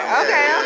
okay